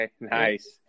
Nice